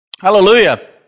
Hallelujah